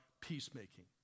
peacemaking